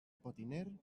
potiner